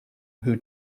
who